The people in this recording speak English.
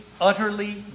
utterly